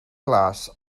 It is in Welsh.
glas